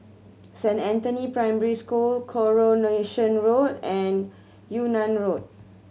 Saint Anthony Primary School Coronation Road and Yunnan Road